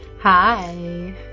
hi